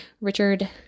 Richard